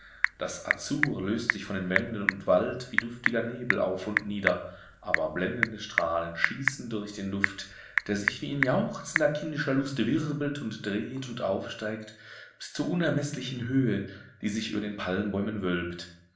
das azur löst sich von den wänden und wallt wie duftiger nebel auf und nieder aber blendende strahlen schießen durch den duft der sich wie in jauchzender kindischer lust wirbelt und dreht und aufsteigt bis zur unermeßlichen höhe die sich über den palmbäumen wölbt